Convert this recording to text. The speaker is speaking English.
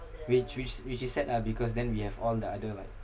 which which which is sad ah because then we have all the other like